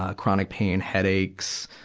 ah chronic pain, headaches,